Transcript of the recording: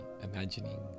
imagining